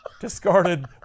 Discarded